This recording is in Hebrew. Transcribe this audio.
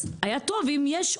אז היה טוב אם יש עודפים,